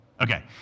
Okay